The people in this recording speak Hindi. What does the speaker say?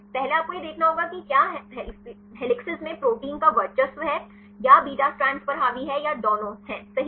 पहले आपको यह देखना होगा कि क्या हेलिकॉप्टरों में प्रोटीन का वर्चस्व है या बीटा स्ट्रैड पर हावी है या दोनों सही हैं